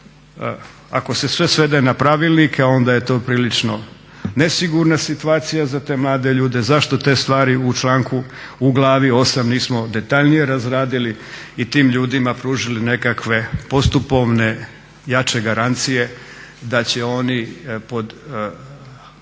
ako se sve svede na pravilnike onda je to prilično nesigurna situacija za te mlade ljude zašto te stvari u članku, u glavi 8.nismo detaljnije razradili i tim ljudima pružili nekakve postupovne, jače garancije da će oni pod